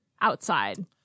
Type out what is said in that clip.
outside